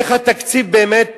איך התקציב באמת